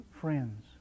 friends